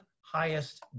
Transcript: highest